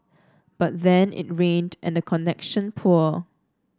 but then it rained and the connection poor